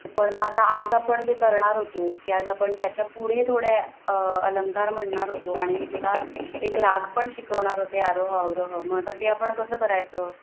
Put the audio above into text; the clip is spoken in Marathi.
पण मग आता आज आपण जे करणार होतो की आज आपण त्याच्या पुढे थोड्या अलंकार म्हणणार होतो आणि मी तुला एक राग पण शिकवणार होते आरोह अवरोह मग आता ते आपण कसं करायचं